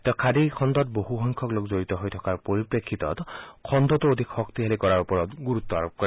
তেওঁ খাদী খণ্ডত বহুসংখ্যক লোক জড়িত হৈ থকাৰ পৰিপ্ৰেক্ষিতত খণ্ডটো অধিক শক্তিশালী কৰাৰ ওপৰত গুৰুত্ব আৰোপ কৰে